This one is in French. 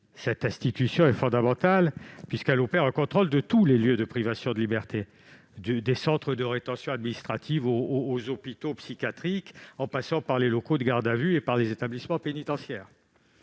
Cette institution est fondamentale, parce qu'elle opère un contrôle de tous les lieux de privation de liberté, des centres de rétention administrative aux hôpitaux psychiatriques en passant par les locaux de garde à vue et les établissements pénitentiaires.